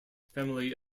family